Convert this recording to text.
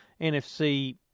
NFC